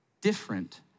different